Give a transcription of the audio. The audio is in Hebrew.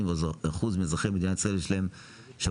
ש-80% מאזרחי מדינת ישראל יש להם שב"ן.